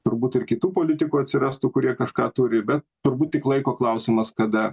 turbūt ir kitų politikų atsirastų kurie kažką turi bet turbūt tik laiko klausimas kada